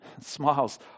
smiles